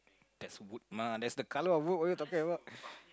that is wood mah that is the colour of wood what are you talking about